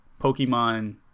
Pokemon